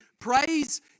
praise